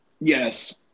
Yes